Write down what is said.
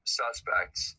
suspects